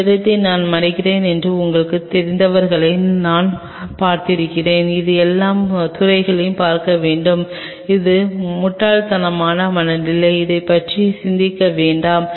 இந்த இடத்தை நான் மறைக்கிறேன் என்று உங்களுக்குத் தெரிந்தவர்களை நான் பார்த்திருக்கிறேன் அது எல்லா துறையையும் பார்க்க வேண்டும் இது முட்டாள்தனமான மனநிலை அதைப் பற்றி சிந்திக்க வேண்டாம்